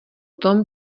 tom